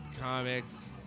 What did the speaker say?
comics